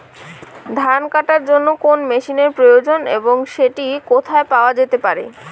ধান কাটার জন্য কোন মেশিনের প্রয়োজন এবং সেটি কোথায় পাওয়া যেতে পারে?